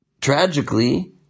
tragically